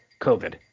COVID